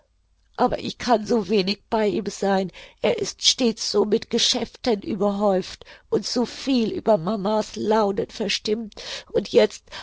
aber ich kann so wenig bei ihm sein er ist stets so mit geschäften überhäuft und so viel über mama's launen verstimmt und jetzt